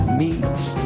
meets